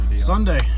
Sunday